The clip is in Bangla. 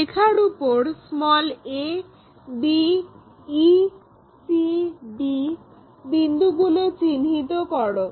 রেখার উপর a b e c d বিন্দুগুলোকে চিহ্নিত করো